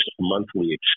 monthly